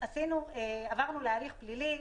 עברנו להליך פלילי,